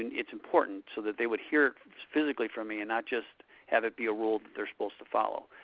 and it is important. so that they would hear it physically from me, and not just have it be a rule they're supposed to follow.